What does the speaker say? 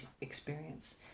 experience